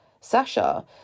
Sasha